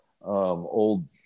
old